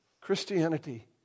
Christianity